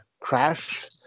Crash